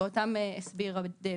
ואותם הסבירה דבי.